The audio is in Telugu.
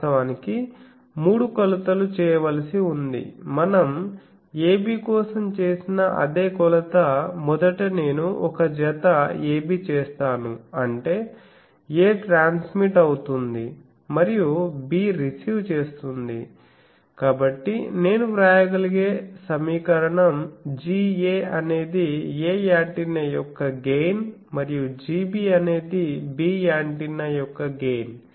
వాస్తవానికి మూడు కొలతలు చేయవలసి ఉంది మనం a b కోసం చేసిన అదే కొలత మొదట నేను ఒక జత a b చేస్తాను అంటే a ట్రాన్స్మిట్ అవుతోంది మరియు b రిసీవ్ చేస్తుంది కాబట్టి నేను వ్రాయగలిగే సమీకరణం Ga అనేది a యాంటెన్నా యొక్క గెయిన్ మరియు Gb అనేది b యాంటెన్నా యొక్క గెయిన్